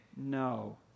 no